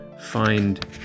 find